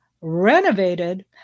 renovated